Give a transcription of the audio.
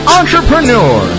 entrepreneur